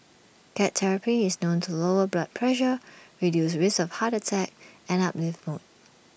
cat therapy is known to lower blood pressure reduce risks of heart attack and uplift mood